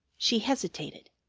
she hesitated.